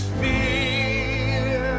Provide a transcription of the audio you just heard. fear